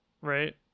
Right